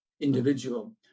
individual